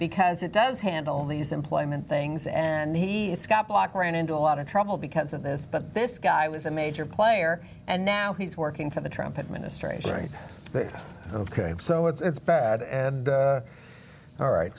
because it does handle these employment things and he scott bloch ran into a lot of trouble because of this but this guy was a major player and now he's working for the trump administration so it's bad and all right